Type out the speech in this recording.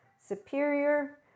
superior